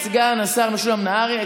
את סגן השר משולם נהרי,